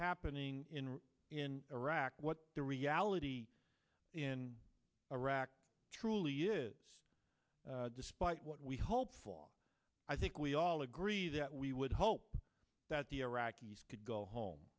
happening in iraq what the reality in iraq truly is despite what we hope i think we all agree that we would hope that the iraqis could go home